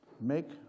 make